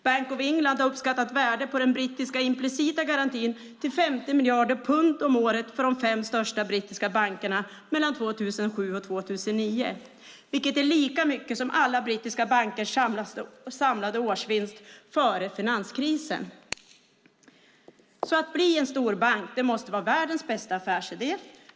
Bank of England har uppskattat värdet på den brittiska implicita garantin till 50 miljarder pund om året för de fem största brittiska bankerna mellan 2007 och 2009, vilket är lika mycket som alla brittiska bankers samlade årsvinst före finanskrisen. Att bli en storbank måste vara världens bästa affärsidé.